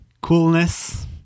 coolness